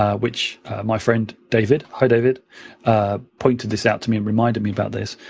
ah which my friend david ah david ah pointed this out to me and reminded me about this.